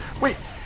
Wait